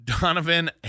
Donovan